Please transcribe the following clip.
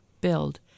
build